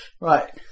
Right